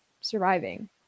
surviving